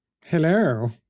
hello